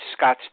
Scottsdale